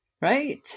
Right